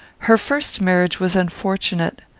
her first marriage was unfortunate.